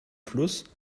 fluss